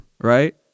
Right